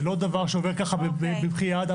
זה לא דבר שעובר ככה במחי יד.